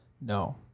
No